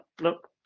look